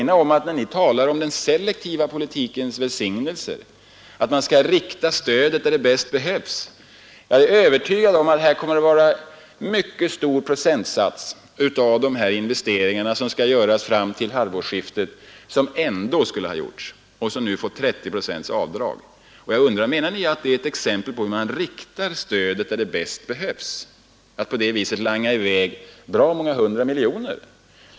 Ni talar om den selektiva politikens välsignelser och om att man skall rikta stödet till de områden där det bäst behövs. Jag är övertygad om att mycket stor andel av de investeringar som skall göras fram till hal iftet och som nu får 30 procents avdrag ändå skulle ha gjorts. Jag undrar om ni menar att när man på det viset slänger ut många hundra miljoner, är det ett exempel på att man riktar stödet dit där det bäst behövs.